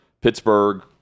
Pittsburgh